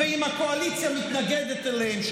אם הקואליציה מתנגדת להן,